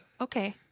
Okay